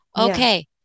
Okay